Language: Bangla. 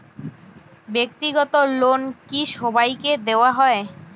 ব্যাক্তিগত লোন কি সবাইকে দেওয়া হয়?